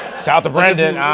south of rendon.